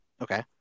Okay